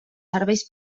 serveis